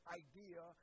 idea